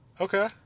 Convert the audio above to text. Okay